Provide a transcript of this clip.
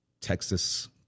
Texas